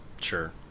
Sure